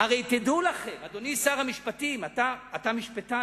תדעו לכם, אדוני שר המשפטים, אתה משפטן